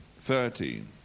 Thirteen